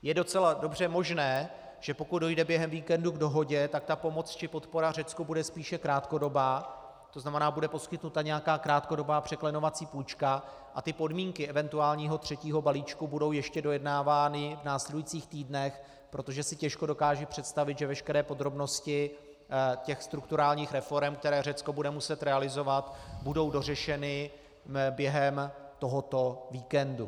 Je docela dobře možné, že pokud dojde během víkendu k dohodě, tak ta pomoc či podpora Řecku bude spíše krátkodobá, to znamená bude poskytnuta nějaká krátkodobá překlenovací půjčka, a ty podmínky eventuálního třetího balíčku budou ještě dojednávány v následujících týdnech, protože si těžko dokážu představit, že veškeré podrobnosti strukturálních reforem, které Řecko bude muset realizovat, budou dořešeny během tohoto víkendu.